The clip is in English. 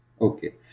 Okay